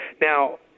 Now